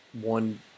one